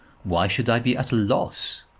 why should i be at a loss?